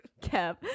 Kev